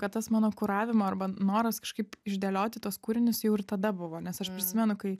kad tas mano kuravimo arba noras kažkaip išdėlioti tuos kūrinius jau ir tada buvo nes aš prisimenu kai